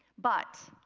but